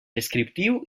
descriptiu